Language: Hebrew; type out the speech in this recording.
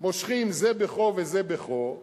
מושכים זה בכה וזה בכה,